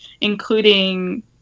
including